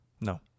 No